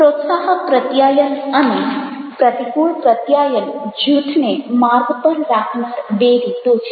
પ્રોત્સાહક પ્રત્યાયન અને પ્રતિકૂળ પ્રત્યાયન જૂથને માર્ગ પર રાખનાર બે રીતો છે